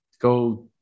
Go